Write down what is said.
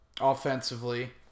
offensively